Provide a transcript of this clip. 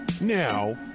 Now